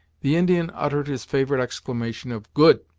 the indian uttered his favorite exclamation of good!